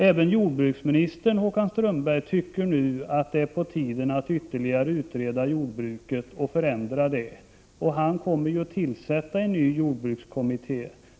Även jordbruksministern tycker nu, Håkan Strömberg, att det är på tiden att ytterligare utreda jordbruket och förändra det. Han kommer att tillsätta en ny jordbrukskommitté.